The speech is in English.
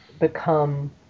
become